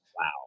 Wow